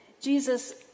Jesus